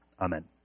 Amen